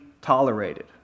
tolerated